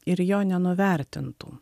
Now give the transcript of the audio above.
ir jo nenuvertintų